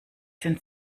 sind